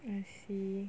I see